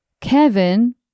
Kevin